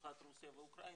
במיוחד רוסיה ואוקראינה,